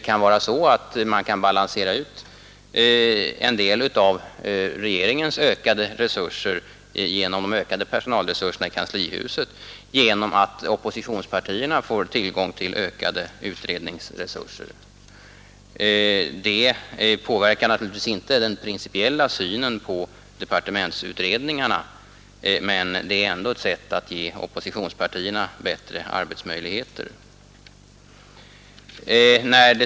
Man kan balansera ut en del av regeringens ökade resurser genom de ökade personalresurserna i kanslihuset på det sättet att oppositionspartierna får tillgång till ökade utredningsresurser. Det påverkar naturligtvis inte den principiella synen på departementsutredningarna, men det är ändå ett sätt att ge oppositionspartierna bättre arbetsmöjligheter.